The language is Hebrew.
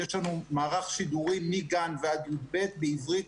יש לנו מערך שידורים מגן ועד כיתה י"ב בעברית